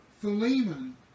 Philemon